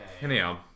anyhow